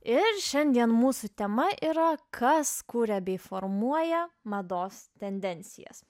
ir šiandien mūsų tema yra kas kuria bei formuoja mados tendencijas